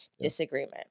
disagreement